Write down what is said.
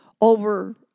over